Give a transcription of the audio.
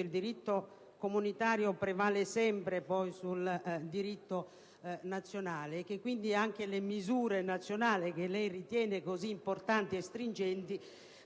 il diritto comunitario prevale sempre sul diritto nazionale, che le misure nazionali che lei ritiene così importanti e stringenti,